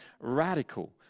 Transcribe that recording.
radical